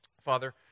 Father